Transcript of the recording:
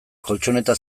koltxoneta